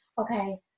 okay